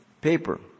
Paper